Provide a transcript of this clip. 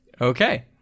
Okay